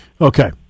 Okay